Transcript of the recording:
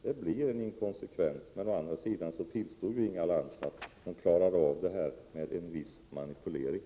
Det blir en inkonsekvens — men å andra sidan tillstår ju Inga Lantz att hon klarar av detta med en viss manipulering.